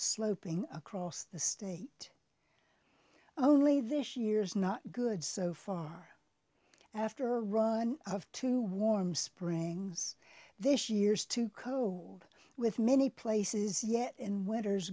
sloping across the state only this year's not good so far after a run of two warm springs this year's to cope with many places yet in wetter